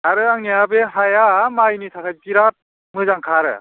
आरो आंनिया बे हाया मायनि थाखाय बिराद मोजांखा आरो